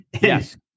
Yes